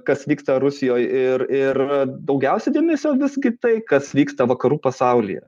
kas vyksta rusijoj ir ir daugiausia dėmesio visgi tai kas vyksta vakarų pasaulyje